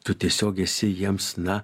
tu tiesiog esi jiems na